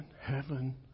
heaven